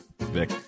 Vic